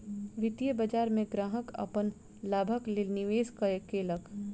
वित्तीय बाजार में ग्राहक अपन लाभक लेल निवेश केलक